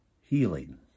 healing